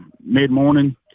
mid-morning